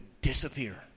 disappear